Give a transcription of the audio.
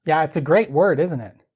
yeah. it's a great word, isn't it?